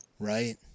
Right